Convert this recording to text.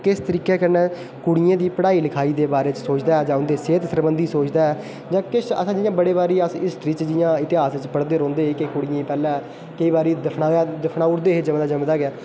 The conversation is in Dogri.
किस तरीके कन्नै कुड़ियें दी पढ़ाई लिखाई दे बारे च सोचदा ऐ जां उ'न्दे सेह्त सरबंधी सोचदा ऐ जां किश असें जि'यां बड़े बारी अस हिस्ट्री च जि'यां इतिहास च पढ़दे रौह्ंदे हे की कुड़ियें गी पैह्लें केईं बारी दफनाया दफनाई ओड़दे हे ज'म्मदे ज'म्मदे गै